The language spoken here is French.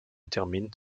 termine